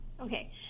Okay